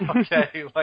okay